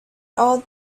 all